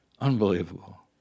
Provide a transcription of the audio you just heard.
Unbelievable